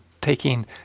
taking